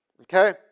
okay